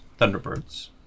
Thunderbirds